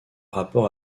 rapport